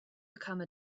become